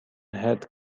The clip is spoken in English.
head